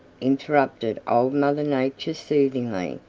interrupted old mother nature soothingly.